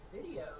video